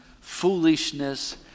foolishness